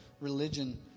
religion